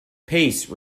pace